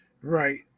Right